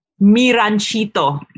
miranchito